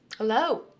Hello